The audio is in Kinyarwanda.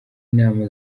inama